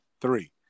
three